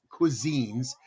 cuisines